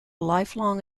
lifelong